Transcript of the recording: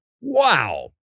Wow